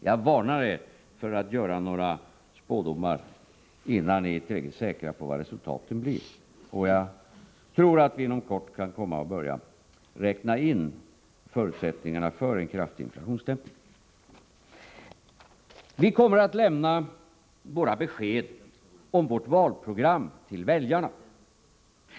Jag varnar er för att göra några spådomar innan ni är tillräckligt säkra på hur resultatet blir, och jag tror att vi inom kort kan börja räkna in förutsättningarna för en kraftig inflationsdämpning. Vi kommer att lämna besked om vårt valprogram till väljarna.